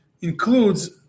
includes